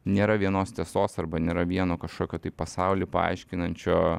nėra vienos tiesos arba nėra vieno kažkokio tai pasaulį paaiškinančio